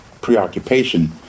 preoccupation